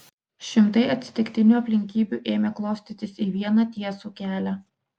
šimtai atsitiktinių aplinkybių ėmė klostytis į vieną tiesų kelią